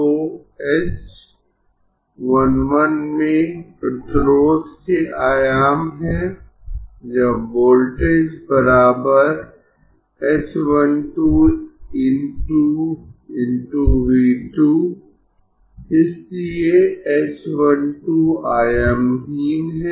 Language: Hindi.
तो h 1 1 में प्रतिरोध के आयाम है यह वोल्टेज h 1 2 ×× V 2 इसलिए h 1 2 आयामहीन है